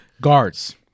Guards